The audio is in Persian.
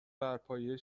برپایه